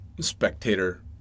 spectator